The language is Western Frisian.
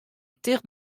ticht